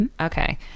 Okay